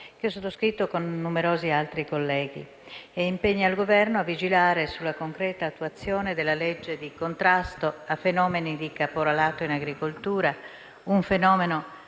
che ho sottoscritto con altri colleghi, impegna il Governo a vigilare sulla concreta attuazione della legge di contrasto a fenomeni di caporalato in agricoltura; un fenomeno